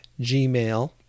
gmail